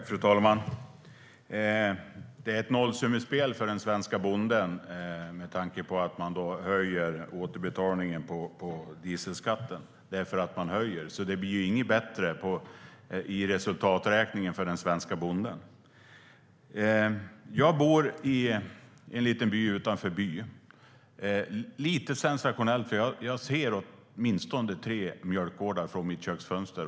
Fru talman! Det är ett nollsummespel för den svenska bonden med tanke på att man höjer återbetalningen på dieselskatten. Eftersom man höjer blir det inte bättre i resultaträkningen för den svenska bonden. Jag bor i en liten by utanför By. Lite sensationellt är att jag ser åtminstone tre mjölkgårdar från mitt köksfönster.